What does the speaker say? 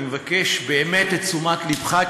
אני מבקש באמת את תשומת לבך,